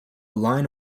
line